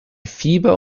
fieber